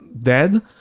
dead